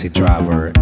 driver